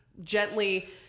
gently